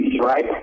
Right